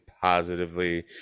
positively